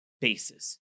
bases